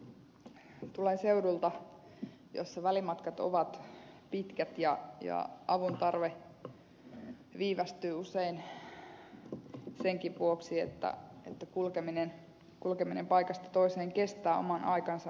tulen seudulta jossa välimatkat ovat pitkät ja avuntarve viivästyy usein senkin vuoksi että kulkeminen paikasta toiseen kestää oman aikansa